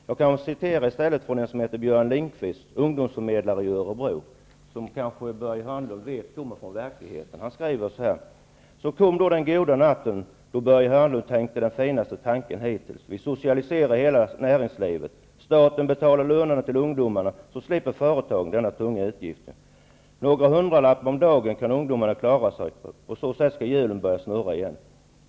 Jag kan i stället citera Björn Lundqvist, ungdomsarbetsförmedlare i Örebro, som kommer från verkligheten, vilket Börje Hörnlund kanske känner till. Han skriver så här: ''Så kom den goda natten då han'' -- dvs. Börje Hörnlund -- ''tänkte ut den finaste tanken hittills -- vi socialiserar hela näringslivet! Staten betalar lönerna till ungdomarna så slipper företagen den tunga utgiften.'' -- ''Några hundralappar om dagen kan ungdomarna klara sig på. På så sätt skulle hjulen börja snurra igen.''